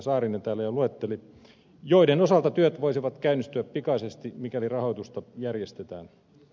saarinen täällä jo luetteli joiden osalta työt voisivat käynnistyä pikaisesti mikäli rahoitusta järjestetään